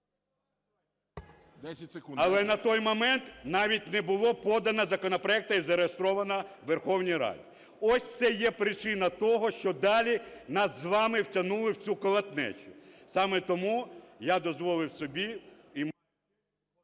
Але на той момент навіть не було подано законопроекту і зареєстровано в Верховній Раді. Ось це є причина того, що далі нас з вами втягнули в цю колотнечу. Саме тому я дозволив собі…